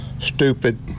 stupid